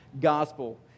gospel